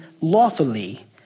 lawfully